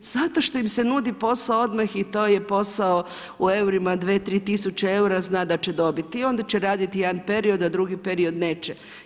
Zato što im se nudi posao odmah i to je posao u eurima, 2, 3 000 eura, zna da će dobiti i onda će raditi jedan period a drugi period neće.